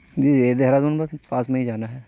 جی یہ دہرادون بس پاس میں ہی جانا ہے